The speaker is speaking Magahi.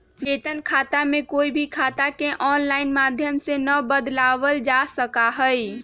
वेतन खाता में कोई भी खाता के आनलाइन माधम से ना बदलावल जा सका हई